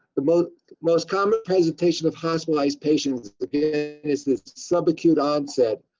the most most common presentation of hospitalized patients is this sub acute onset.